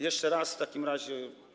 Jeszcze raz w takim razie.